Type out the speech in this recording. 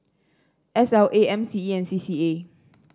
S L A M C E and C C A